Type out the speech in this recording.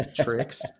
tricks